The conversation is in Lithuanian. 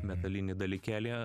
metalinį dalykėlį